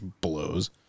blows